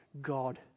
God